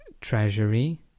treasury